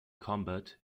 combat